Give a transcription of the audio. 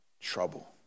trouble